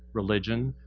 religion,